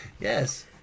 Yes